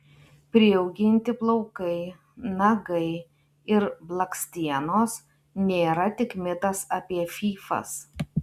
priauginti plaukai nagai ir blakstienos nėra tik mitas apie fyfas